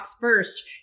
first